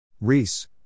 Reese